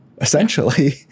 essentially